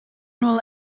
bhfuil